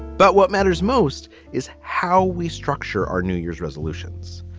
but what matters most is how we structure our new year's resolutions.